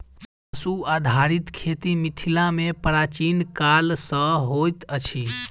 पशु आधारित खेती मिथिला मे प्राचीन काल सॅ होइत अछि